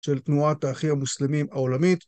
של תנועת האחים המוסלמים העולמית.